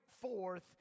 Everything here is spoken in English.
forth